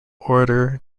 orator